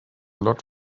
lot